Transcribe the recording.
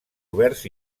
oberts